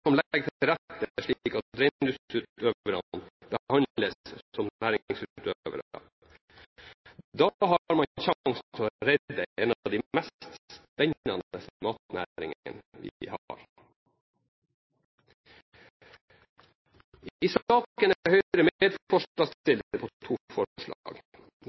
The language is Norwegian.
til rette slik at reindriftsutøverne behandles som næringsutøvere. Da har man sjansen til å redde en av de mest spennende matnæringene vi har. I saken er Høyre medforslagsstiller til to forslag